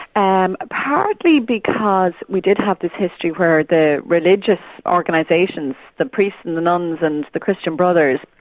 um apparently because we did have this history where the religious organisations, the priests and the nuns and the christian brothers,